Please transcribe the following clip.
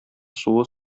суы